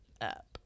up